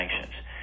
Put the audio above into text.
sanctions